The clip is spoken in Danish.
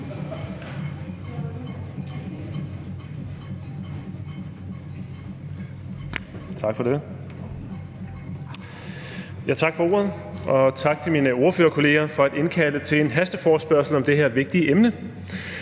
Tak for det. Tak for ordet, og tak til mine ordførerkollegaer for at indkalde til en hasteforespørgsel om det her vigtige emne.